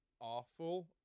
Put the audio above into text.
awful